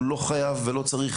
הוא לא חייב ולא צריך,